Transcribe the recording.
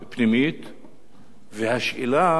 והשאלה אם אכן באמת